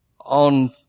on